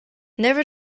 never